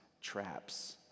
traps